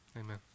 Amen